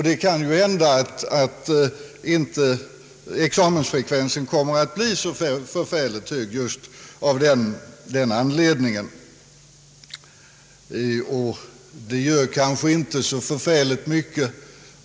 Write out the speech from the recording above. Det kan hända att examensfrekvensen just av den anledningen inte kommer att bli så hög. Det gör kanske inte så mycket.